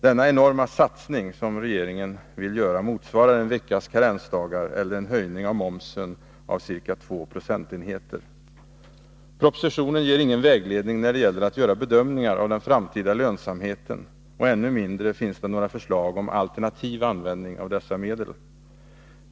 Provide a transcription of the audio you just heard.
Denna enorma ”satsning” som regeringen vill göra motsvarar en veckas karensdagar eller en höjning av momsen med ca två procentenheter. Propositionen ger ingen vägledning när det gäller att göra bedömningar av den framtida lönsamheten, och ännu mindre finns det några förslag om alternativ användning av dessa medel.